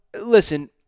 listen